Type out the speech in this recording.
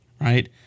right